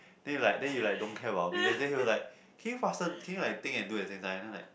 then it like then it like don't care about me then he was like can you faster can you like think and do at the same time then I was like